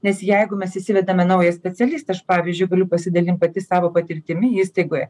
nes jeigu mes įsivedame naują specialistą aš pavyzdžiui galiu pasidalint pati savo patirtimi įstaigoje